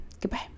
Goodbye